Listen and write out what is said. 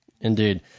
Indeed